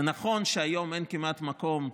זה נכון שהיום אין כמעט מקום,